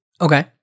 okay